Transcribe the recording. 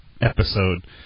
episode